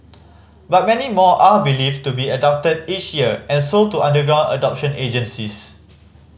but many more are believed to be abducted each year and sold to underground adoption agencies